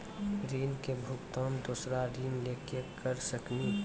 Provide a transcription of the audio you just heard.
ऋण के भुगतान दूसरा ऋण लेके करऽ सकनी?